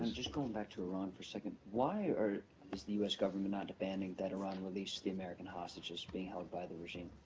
just going back to iran for a second. why are is the u s. government not demanding that iran release the american hostages being held by the regime?